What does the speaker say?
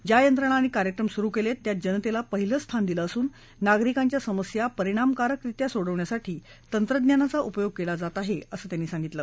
ज्या यंत्रणा आणि कार्यक्रम सुरु केलेत त्यात जनतेला पहिलं स्थान दिलं असून नागरिकांच्या समस्या परिणामकारकरित्या सोडवण्यासाठी तंत्रज्ञानाचा उपयोग केला जात आहे असं त्यांनी सांगितलं